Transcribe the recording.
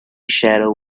shadow